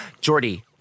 jordy